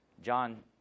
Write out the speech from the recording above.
John